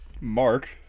Mark